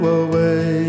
away